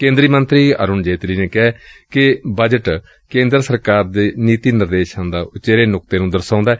ਕੇਂਦਰੀ ਮੰਤਰੀ ਅਰੁਣ ਜੇਤਲੀ ਨੇ ਕਿਹੈ ਕਿ ਬਜਟ ਕੇਂਦਰ ਸਰਕਾਰ ਦੇ ਨੀਤੀ ਨਿਰਦੇਸ਼ਾਂ ਦਾ ਉਚੇਰੇ ਨੁਕਤੇ ਨੂੰ ਦਰਸਾਉਂਦਾ ਏ